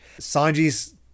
Sanji's